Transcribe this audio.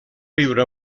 viure